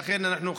לכן אנחנו,